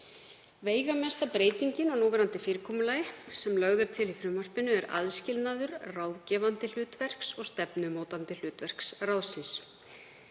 Veigamesta breytingin á núverandi fyrirkomulagi sem lögð er til í frumvarpinu er aðskilnaður ráðgefandi hlutverks og stefnumótandi hlutverk ráðsins.